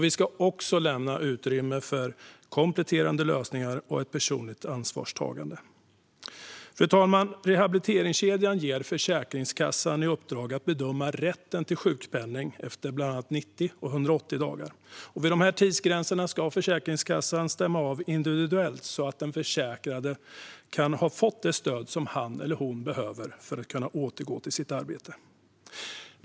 Vi ska också lämna utrymme för kompletterande lösningar och ett personligt ansvarstagande. Fru talman! Rehabiliteringskedjan ger Försäkringskassan i uppdrag att bedöma rätten till sjukpenning efter bland annat 90 och 180 dagar. Vid dessa tidsgränser ska Försäkringskassan stämma av individuellt i fråga om att den försäkrade fått det stöd som han eller hon behöver för att kunna återgå till sitt arbete.